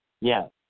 Yes